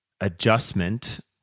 adjustment